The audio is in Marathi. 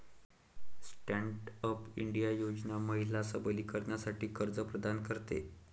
स्टँड अप इंडिया योजना महिला सबलीकरणासाठी कर्ज प्रदान करते